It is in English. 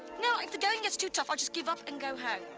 no, if the going gets too tough, i'll just give up and go home.